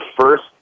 first